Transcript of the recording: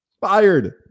Fired